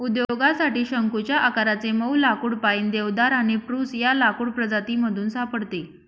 उद्योगासाठी शंकुच्या आकाराचे मऊ लाकुड पाईन, देवदार आणि स्प्रूस या लाकूड प्रजातीमधून सापडते